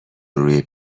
روی